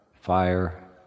fire